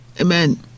Amen